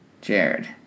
Jared